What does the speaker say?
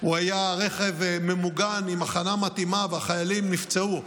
הוא היה רכב ממוגן עם הכנה מתאימה והחיילים נפצעו,